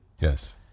Yes